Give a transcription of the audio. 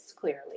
clearly